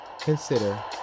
consider